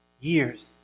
Years